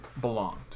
belonged